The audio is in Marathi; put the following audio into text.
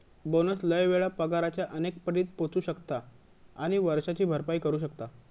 बोनस लय वेळा पगाराच्या अनेक पटीत पोचू शकता आणि वर्षाची भरपाई करू शकता